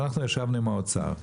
אנחנו ישבנו עם האוצר,